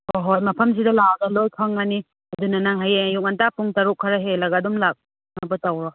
ꯍꯣꯏ ꯍꯣꯏ ꯃꯐꯝꯁꯤꯗ ꯂꯥꯛꯑꯒ ꯂꯣꯏꯅ ꯈꯪꯉꯅꯤ ꯑꯗꯨꯅ ꯅꯪ ꯍꯌꯦꯡ ꯑꯌꯨꯛ ꯉꯟꯇꯥ ꯄꯨꯡ ꯇꯔꯨꯛ ꯈꯔ ꯍꯦꯜꯂꯒ ꯑꯗꯨꯝ ꯂꯥꯛꯅꯕ ꯇꯧꯔꯣ